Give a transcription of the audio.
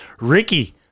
Ricky